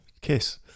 Kiss